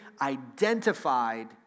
identified